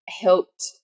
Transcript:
helped